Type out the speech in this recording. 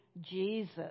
Jesus